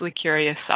curious